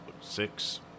six